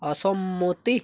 অসম্মতি